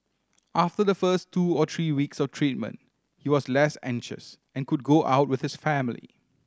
after the first two or three weeks of treatment he was less anxious and could go out with his family